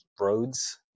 roads